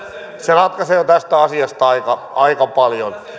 se ratkaisee jo tästä asiasta aika aika paljon